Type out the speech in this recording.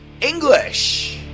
english